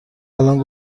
الان